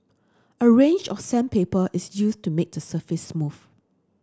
a range of sandpaper is used to make the surface smooth